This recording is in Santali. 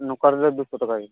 ᱞᱳᱠᱟᱞ ᱨᱮ ᱫᱩᱥᱚ ᱴᱟᱠᱟ ᱜᱮ